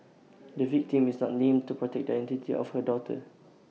the victim is not named to protect the identity of her daughter